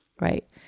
Right